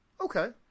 Okay